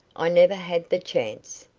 i never had the chance.